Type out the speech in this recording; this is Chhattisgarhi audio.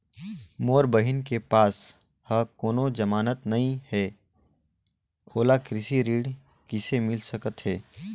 मोर बहिन के पास ह कोनो जमानत नहीं हे, ओला कृषि ऋण किसे मिल सकत हे?